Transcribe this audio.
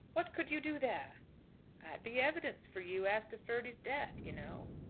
what could you do there? i'd be evidence for you, as to ferdy's death, you know.